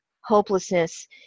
hopelessness